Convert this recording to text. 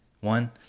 one